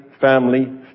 family